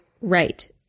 Right